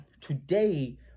today